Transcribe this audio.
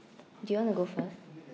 do you want to go first